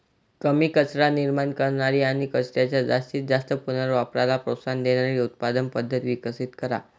कमी कचरा निर्माण करणारी आणि कचऱ्याच्या जास्तीत जास्त पुनर्वापराला प्रोत्साहन देणारी उत्पादन पद्धत विकसित करा